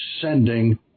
sending